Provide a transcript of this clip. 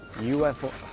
ufo